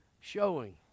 showing